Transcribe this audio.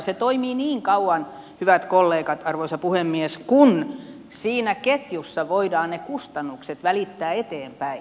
se toimii niin kauan hyvät kollegat arvoisa puhemies kun ketjussa voidaan ne kustannukset välittää eteenpäin